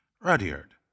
Rudyard